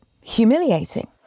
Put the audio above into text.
humiliating